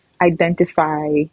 identify